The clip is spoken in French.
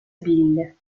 billes